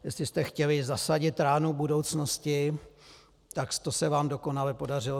Jestli jste chtěli zasadit ránu budoucnosti, tak to se vám dokonale podařilo.